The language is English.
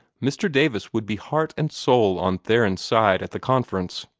mr. davis would be heart and soul on theron's side at the conference.